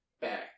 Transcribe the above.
back